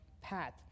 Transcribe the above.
path